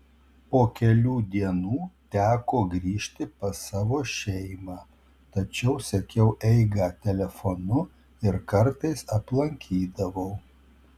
po kelių dienų teko grįžti pas savo šeimą tačiau sekiau eigą telefonu ir kartais aplankydavau